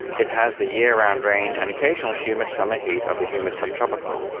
it has the year round rain and occasional humid summer heat of the humid subtropical,